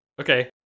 Okay